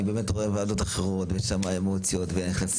אני באמת רואה ועדות אחרות ויש שם אמוציות ויחסים.